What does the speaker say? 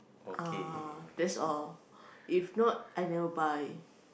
uh that's all if not I never buy